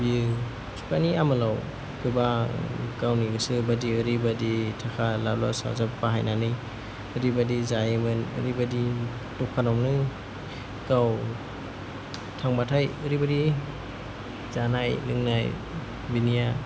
बियो बिफानि आमोलाव गोबां गावनि गोसो बायदि ओरैबायदि थाखा लाना साजा बाहायजोबनानै ओरैबायदि जायोमोन ओरैबायदि दखानावनो गाव थांबाथाय ओरैबायदि जानाय लोंनाय बिनिया